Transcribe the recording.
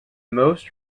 most